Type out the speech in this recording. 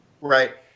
Right